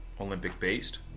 Olympic-based